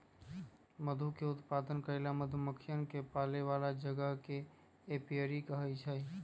मधु के उत्पादन करे ला मधुमक्खियन के पाले वाला जगह के एपियरी कहा हई